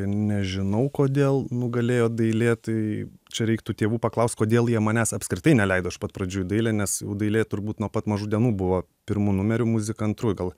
nežinau kodėl nugalėjo dailė tai čia reiktų tėvų paklaust kodėl jie manęs apskritai neleido iš pat pradžių į dailę nes jau dailė turbūt nuo pat mažų dienų buvo pirmu numeriu muzika antru gal